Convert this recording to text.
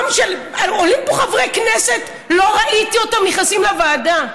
עולים פה חברי כנסת שלא ראיתי אותם נכנסים לוועדה.